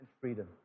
freedom